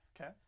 Okay